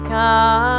Come